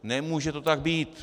Nemůže to tak být.